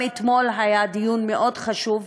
גם אתמול היה דיון מאוד חשוב